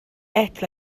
ate